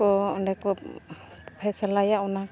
ᱠᱚ ᱚᱸᱰᱮ ᱠᱚ ᱯᱷᱚᱭ ᱥᱟᱞᱟᱭᱟ ᱚᱱᱟ